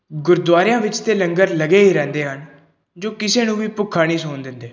ਗੁਰਦੁਆਰਿਆਂ ਵਿੱਚ ਤਾਂ ਲੰਗਰ ਲੱਗੇ ਹੀ ਰਹਿੰਦੇ ਹਨ ਜੋ ਕਿਸੇ ਨੂੰ ਵੀ ਭੁੱਖਾ ਨਹੀਂ ਸੌਣ ਦਿੰਦੇ